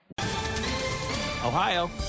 ohio